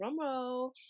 drumroll